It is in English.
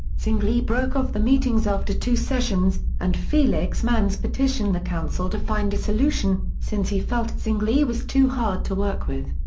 zwingli broke off the meetings after two sessions, and felix manz petitioned the council to find a solution, since he felt zwingli was too hard to work with.